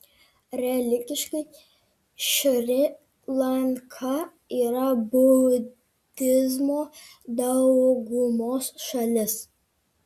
religiškai šri lanka yra budizmo daugumos šalis